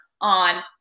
on